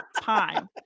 time